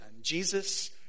Jesus